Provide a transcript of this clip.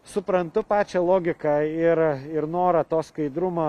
suprantu pačią logiką ir ir norą to skaidrumo